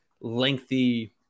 lengthy